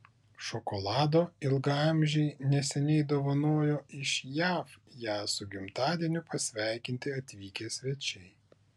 šokolado ilgaamžei neseniai dovanojo iš jav ją su gimtadieniu pasveikinti atvykę svečiai